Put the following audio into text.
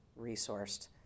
resourced